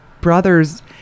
brothers